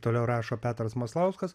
toliau rašo petras maslauskas